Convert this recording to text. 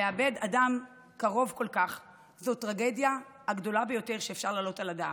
לאבד אדם קרוב כל כך זאת הטרגדיה הגדולה ביותר שאפשר להעלות על הדעת,